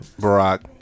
Barack